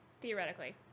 theoretically